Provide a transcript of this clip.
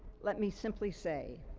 let me simply say